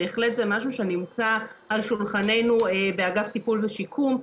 בהחלט זה משהו שנמצא על שולחננו באגף טיפול ושיקום,